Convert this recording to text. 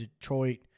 Detroit